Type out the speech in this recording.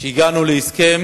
הגענו להסכם